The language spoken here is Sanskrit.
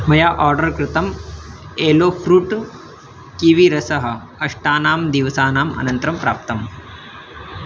मया आर्डर् कृतं एलोफ़्रूट् किविरसः अष्टानां दिवसानाम् अनन्तरं प्राप्तम्